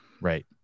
Right